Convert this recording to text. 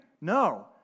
No